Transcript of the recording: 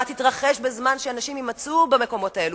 תתרחש בזמן שאנשים יימצאו במקומות האלה,